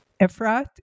Efrat